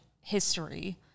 history